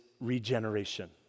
regeneration